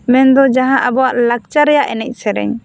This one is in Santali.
ᱢᱮᱱ ᱫᱚ ᱢᱟᱦᱟᱸ ᱟᱵᱚᱣᱟᱜ ᱞᱟᱠᱪᱟᱨ ᱨᱮᱭᱟᱜ ᱮᱱᱮᱡ ᱥᱮᱨᱮᱧ